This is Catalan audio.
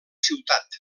ciutat